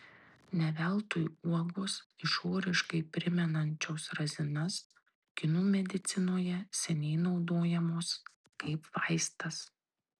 ne veltui uogos išoriškai primenančios razinas kinų medicinoje seniai naudojamos kaip vaistas